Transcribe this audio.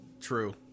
true